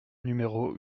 numéro